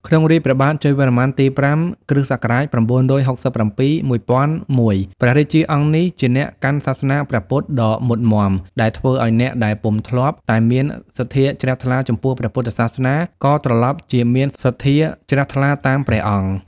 ក្នុងរាជ្យព្រះបាទជ័យវរ្ម័នទី ៥ (គ.ស ៩៦៧-១០០១) ដែលមានរាជធានីនៅ អង្គរធំ ព្រះរាជាអង្គនេះជាអ្នកកាន់សាសនាព្រះពុទ្ធដ៏មុតមាំ ដែលធ្វើឱ្យអ្នកដែលពុំ ធ្លាប់តែមានសទ្ធាជ្រះថ្លាចំពោះព្រះពុទ្ធសាសនា ក៏ត្រឡប់ជាមានសទ្ធាជ្រះថ្លាតាម ព្រះអង្គ។